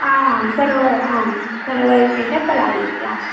आम् आम् सरोवर आम् सरोवरविशेष तला इत्यां